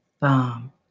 bomb